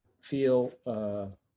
feel